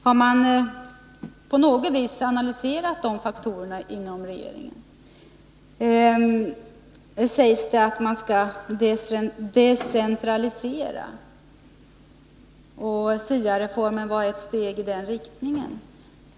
Har man inom regeringen på något sätt analyserat vilka faktorer som påverkar detta? Det sägs här att man skall decentralisera och att SIA-reformen var ett steg i den riktningen.